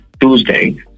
Tuesday